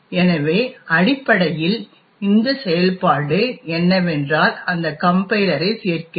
எனவே அடிப்படையில் இந்த செயல்பாடு என்னவென்றால் அந்த கம்பைலரை சேர்க்கிறது